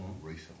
recently